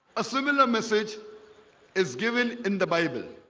a similar message is given in the bible